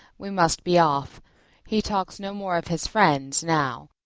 we must be off he talks no more of his friends now,